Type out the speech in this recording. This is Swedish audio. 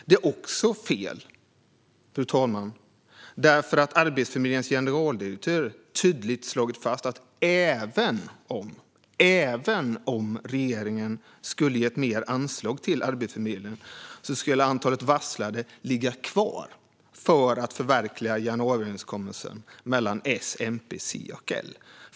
Det är också fel eftersom Arbetsförmedlingens generaldirektör tydligt slagit fast att även om regeringen hade gett mer anslag till Arbetsförmedlingen skulle antalet varsel ligga kvar för att förverkliga januariöverenskommelsen mellan S, MP, C och L.